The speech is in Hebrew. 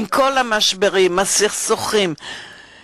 עם כל המשברים והסכסוכים המאפיינים אותם,